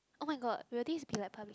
oh-my-god will this be like publish